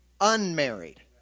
unmarried